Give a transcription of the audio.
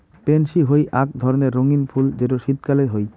pansy হই আক ধরণের রঙ্গীন ফুল যেটো শীতকালে হই